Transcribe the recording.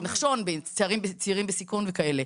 עם ציפי נחשון ועם צעירים בסיכון וכאלה.